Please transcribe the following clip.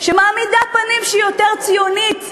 שמעמידה פנים שהיא יותר ציונית מבן-גוריון,